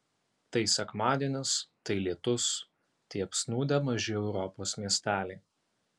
tai sekmadienis tai lietus tai apsnūdę maži europos miesteliai